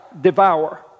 devour